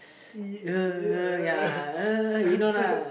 he